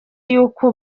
y’uko